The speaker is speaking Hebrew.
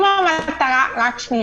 אם המטרה היא